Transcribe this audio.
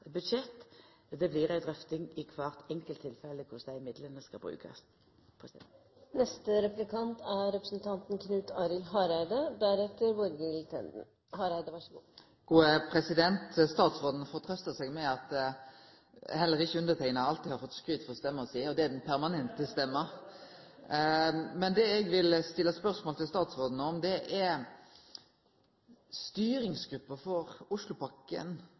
budsjett. Det blir ei drøfting i kvart enkelt tilfelle korleis dei midlane skal brukast. Statsråden får trøste seg med at heller ikkje underteikna alltid har fått skryt for stemma si, og det er den permanente stemma! Det eg vil stille spørsmål til statsråden om, er: Styringsgruppa for Oslopakken